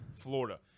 Florida